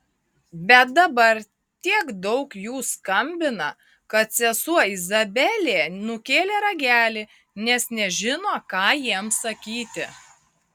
bet dabar tiek daug jų skambina kad sesuo izabelė nukėlė ragelį nes nežino ką jiems sakyti